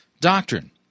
doctrine